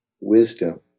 wisdom